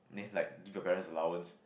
it's like give your parents allowance